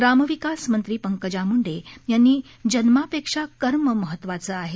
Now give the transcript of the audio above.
ग्रामविकास मंत्री पंकजा मूंडे यांनी जन्म पेक्षा कर्म महत्वाचे आहे